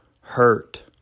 hurt